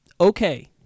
okay